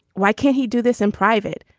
why can't he do this in private.